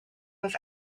was